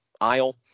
aisle